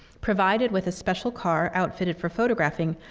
provided with a special car outfitted for photographing,